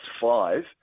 five